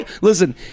Listen